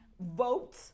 vote